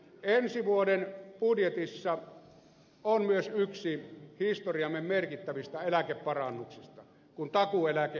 ensi vuoden budjetissa on myös yksi historiamme merkittävistä eläkeparannuksista kun takuueläke astuu voimaan